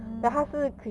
mm